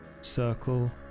circle